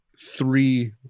three